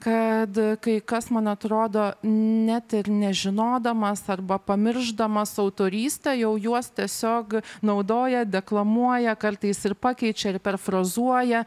kad kai kas man atrodo net ir nežinodamas arba pamiršdamas autorystę jau juos tiesiog naudoja deklamuoja kartais ir pakeičia ir perfrazuoja